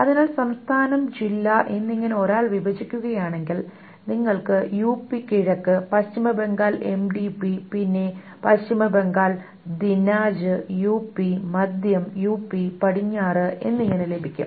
അതിനാൽ സംസ്ഥാനം ജില്ല എന്നിങ്ങനെ ഒരാൾ വിഭജിക്കുകയാണെങ്കിൽ നിങ്ങൾക്ക് യുപി കിഴക്ക് പശ്ചിമ ബംഗാൾ എംഡിപി പിന്നെ പശ്ചിമ ബംഗാൾ ദിനാജ് യുപി മധ്യം യുപി പടിഞ്ഞാറ് എന്നിങ്ങനെ ലഭിക്കും